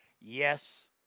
Yes